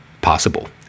possible